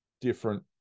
different